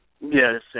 Yes